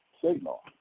signal